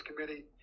committee